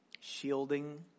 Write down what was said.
shielding